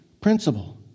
principle